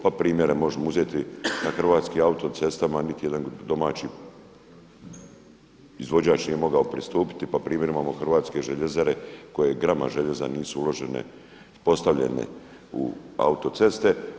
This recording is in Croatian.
Pa primjere možemo uzeti na Hrvatskim autocestama niti jedan domaći izvođač nije mogao pristupiti pa primjer imamo Hrvatske željezare koje grama željeza nisu uložene postavljene u autoceste.